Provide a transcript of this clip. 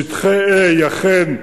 שטחי A אכן,